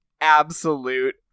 Absolute